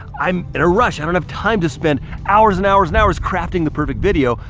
i'm in a rush, i don't have time to spend hours and hours and hours crafting the perfect video.